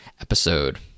episode